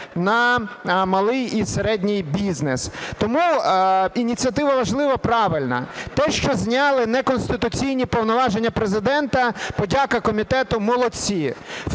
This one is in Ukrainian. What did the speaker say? на малий і середній бізнес. Тому ініціатива важлива, правильна. Те, що зняли неконституційні повноваження Президента, подяка комітету. Молодці!